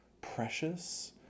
precious